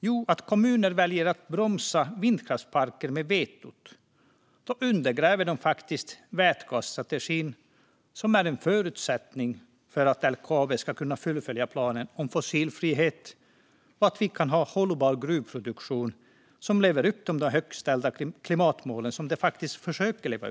Jo, när kommuner väljer att bromsa vindkraftsparker med sitt veto undergräver de faktiskt den vätgasstrategi som är en förutsättning för att LKAB ska kunna fullfölja planen om fossilfrihet och för att vi ska ha en hållbar gruvproduktion som lever upp till de högt ställda klimatmål som de faktiskt försöker ha.